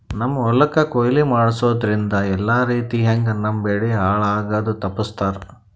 ನಮ್ಮ್ ಹೊಲಕ್ ಕೊಯ್ಲಿ ಮಾಡಸೂದ್ದ್ರಿಂದ ಎಲ್ಲಾ ರೀತಿಯಂಗ್ ನಮ್ ಬೆಳಿ ಹಾಳ್ ಆಗದು ತಪ್ಪಸ್ತಾರ್